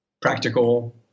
practical